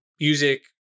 music